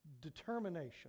determination